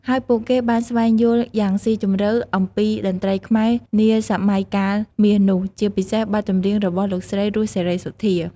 ហើយពួកគេបានស្វែងយល់យ៉ាងស៊ីជម្រៅអំពីតន្ត្រីខ្មែរនាសម័យកាលមាសនោះ ជាពិសេសបទចម្រៀងរបស់លោកស្រី រស់ សេរីសុទ្ធា។